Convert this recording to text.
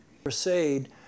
crusade